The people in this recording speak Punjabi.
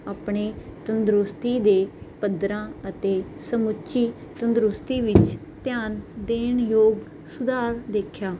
ਆਪਣੇ ਤੰਦਰੁਸਤੀ ਦੇ ਪੱਧਰਾ ਅਤੇ ਸਮੁੱਚੀ ਤੰਦਰੁਸਤੀ ਵਿੱਚ ਧਿਆਨ ਦੇਣ ਯੋਗ ਸੁਧਾਰ ਦੇਖਿਆ